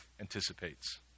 anticipates